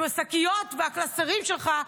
עם השקיות והקלסרים שלך.